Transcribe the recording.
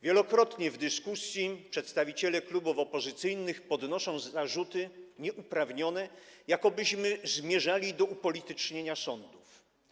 Wielokrotnie w dyskusji przedstawiciele klubów opozycyjnych podnoszą zarzuty nieuprawnione, jakobyśmy zmierzali do upolitycznienia sądów.